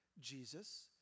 Jesus